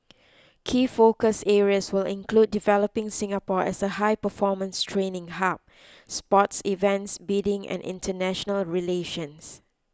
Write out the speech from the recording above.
key focus areas will include developing Singapore as a high performance training hub sports events bidding and international relations